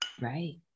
Right